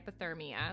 hypothermia